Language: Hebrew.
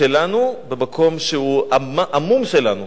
שלנו, במקום שהוא המום שלנו.